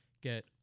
get